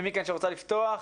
מי מכן שרוצה לפתוח.